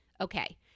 Okay